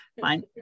Fine